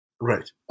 Right